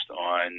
on